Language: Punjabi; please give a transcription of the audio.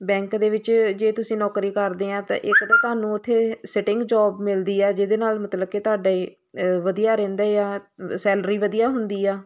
ਬੈਂਕ ਦੇ ਵਿੱਚ ਜੇ ਤੁਸੀਂ ਨੌਕਰੀ ਕਰਦੇ ਆ ਤਾਂ ਇੱਕ ਤੁਹਾਨੂੰ ਉੱਥੇ ਸਿਟਿੰਗ ਜੋਬ ਮਿਲਦੀ ਆ ਜਿਹਦੇ ਨਾਲ ਮਤਲਬ ਕਿ ਤੁਹਾਡੀ ਵਧੀਆ ਰਹਿੰਦੀ ਆ ਸੈਲਰੀ ਵਧੀਆ ਹੁੰਦੀ ਆ